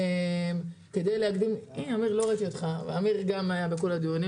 אמיר הלוי גם השתתף בכל הדיונים.